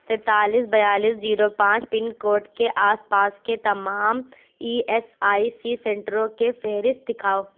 تینتالیس بیالیس زیرو پانچ pin code کے آس پاس کے تمام ای ایس آئی سی سنٹروں کے فہرست دکھاؤ